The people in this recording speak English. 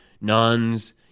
nuns